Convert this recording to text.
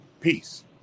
Peace